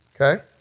okay